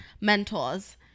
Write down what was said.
mentors